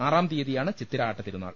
ആറാം തിയ്യതിയാണ് ചിത്തിര ആട്ടതിരുനാൾ